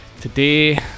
Today